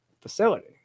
facility